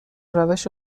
روش